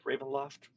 Ravenloft